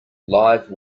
live